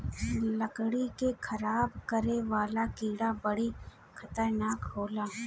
लकड़ी के खराब करे वाला कीड़ा बड़ी खतरनाक होला